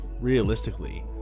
realistically